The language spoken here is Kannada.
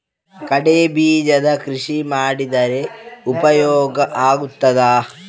ಕಡ್ಲೆ ಬೀಜದ ಕೃಷಿ ಮಾಡಿದರೆ ಉಪಯೋಗ ಆಗುತ್ತದಾ?